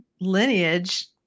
lineage